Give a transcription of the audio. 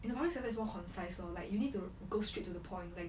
in the public sector it's more concise lor like you need to go straight to the point like